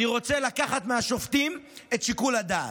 אני רוצה לקחת מהשופטים את שיקול הדעת.